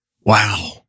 Wow